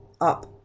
up